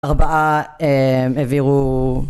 ארבעה העבירו